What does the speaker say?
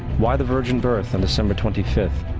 why the virgin birth on december twenty fifth,